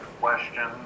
question